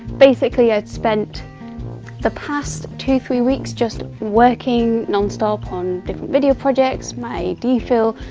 basically i'd spent the past two three weeks just working non-stop on different video projects, my dphil,